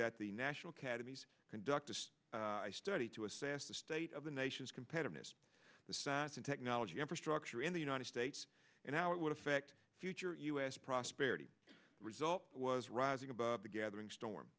that the national academy conduct a study to assess the state of the nation's competitiveness the science and technology infrastructure in the united states and how it would affect future u s prosperity result was rising above the gathering storm